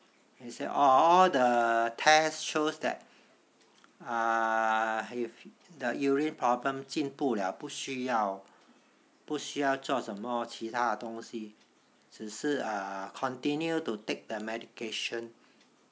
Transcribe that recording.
he say orh all the test shows that uh if the urine problem 进步了不需要不需要做什么其他的东西只是 continue to take the medication